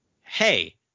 hey